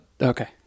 Okay